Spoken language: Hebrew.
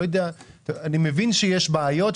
אני מבין שיש בעיות,